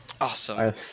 Awesome